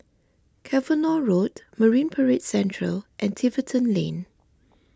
Cavenagh Road Marine Parade Central and Tiverton Lane